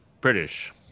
british